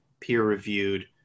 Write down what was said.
peer-reviewed